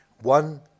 One